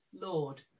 Lord